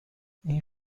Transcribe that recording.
این